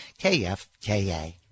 kfka